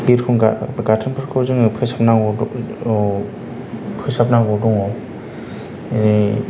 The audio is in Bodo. बिरखं गाथोनफोरखौ जोङो फोसाब नांगौ फोसाब नांगौ दङ बे